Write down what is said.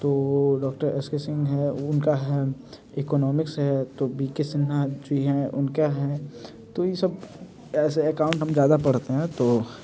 तो doctor S K Singh है उनका है इकोनॉमिक्स है तो बी के सिन्हा जी है उनका है तो ये सब ऐसे एकाउंट हम ज़्यादा पढ़ते हैं तो